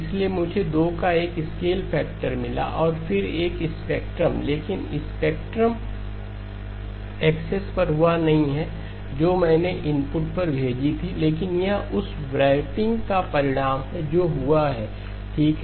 इसलिए मुझे 2 का एक स्केल फैक्टर मिला और फिर एक स्पेक्ट्रम लेकिन स्पेक्ट्रम एक्सेस पर वह नहीं है जो मैंने इनपुट पर भेजी थी लेकिन यह उस व्रैप्पिंग का परिणाम है जो हुआ है ठीक है